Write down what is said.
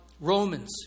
Romans